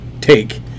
take